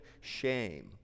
shame